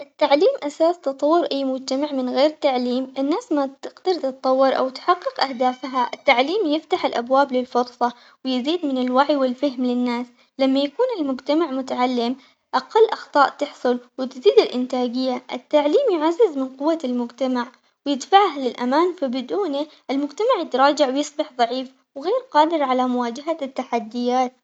التعليم أساس تطور أي مجتمع من غير تعليم الناس ما تقدر تتطور أو تحقق أهدافها، التعليم يفتح الأبواب للفرصة ويزيد من الوعي والفهم للناس، لما يكون المجتمع متعلم أقل أخطاء تحصل وتزيد الإنتاجية، التعليم يعزز من قوة المجتمع ويدفعها للأمان فبدونه المجتمع يتراجع ويصبح ضعيف وغير قادر على مواجهة التحديات.